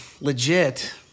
legit